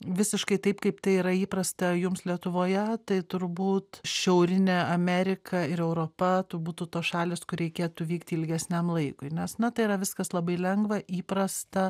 visiškai taip kaip tai yra įprasta jums lietuvoje tai turbūt šiaurinė amerika ir europa tu būtų tos šalys kur reikėtų vykti ilgesniam laikui nes na tai yra viskas labai lengva įprasta